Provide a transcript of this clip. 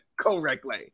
correctly